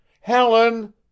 Helen